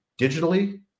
digitally